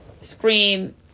scream